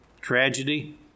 tragedy